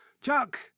Chuck